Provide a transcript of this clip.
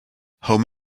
home